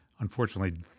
unfortunately